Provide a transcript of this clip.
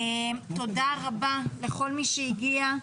תודה רבה לכל מי שהגיע.